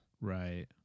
Right